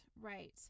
Right